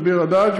את ביר-הדאג'.